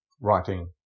writing